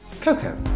Coco